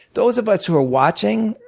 those of us who are watching,